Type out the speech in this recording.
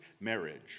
marriage